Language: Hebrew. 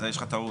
נכון